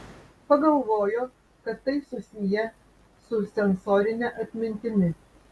pagalvojo kad tai susiję su sensorine atmintimi